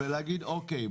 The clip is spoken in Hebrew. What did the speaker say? להגיד אוקיי,